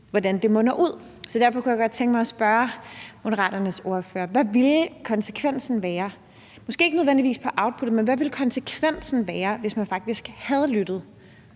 hvad det munder ud i. Derfor kunne jeg godt tænke mig at spørge Moderaternes ordfører: Hvad ville konsekvensen være – måske ikke nødvendigvis for outputtet – hvis man faktisk havde lyttet?